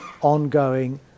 ongoing